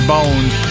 Bones